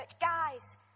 guys